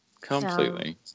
Completely